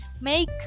Make